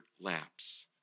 lapse